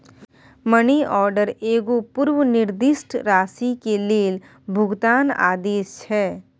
money order एगो पूर्व निर्दिष्ट राशि के लेल भुगतान आदेश छै